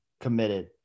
committed